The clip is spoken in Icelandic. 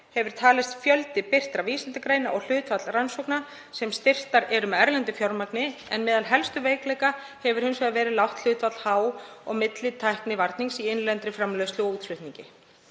hefur talist fjöldi birtra vísindagreina og hlutfall rannsókna sem styrktar eru með erlendu fjármagni, en meðal helstu veikleika hefur hins vegar verið lágt hlutfall há- og millitæknivarnings í innlendri framleiðslu og útflutningi.